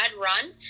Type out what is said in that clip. run